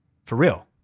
for real,